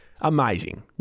amazing